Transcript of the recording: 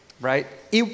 right